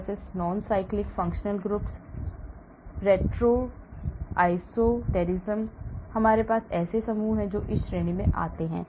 cyclic verses noncyclic functional groups Retroisoterism हमारे पास ऐसे समूह हैं जो इस श्रेणी में आते हैं